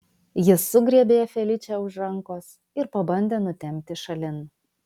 jis sugriebė feličę už rankos ir pabandė nutempti šalin